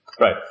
right